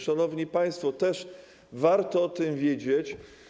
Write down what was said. Szanowni państwo, też warto o tym wiedzieć.